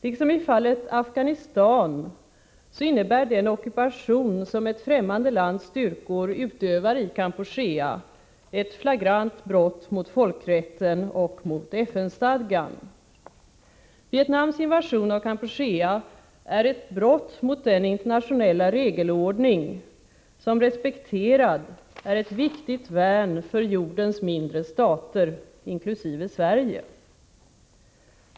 Liksom i fallet Afghanistan innebär den ockupation som ett främmande lands styrkor utövar i Kampuchea ett flagrant brott mot folkrätten och mot FN-stadgan. Vietnams invasion av Kampuchea är ett brott mot den internationella regelordning som respekterad är ett viktigt värn för jordens mindre stater, inkl. Sverige.